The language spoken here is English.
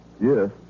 Yes